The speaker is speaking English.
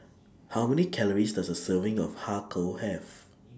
How Many Calories Does A Serving of Har Kow Have